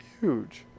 huge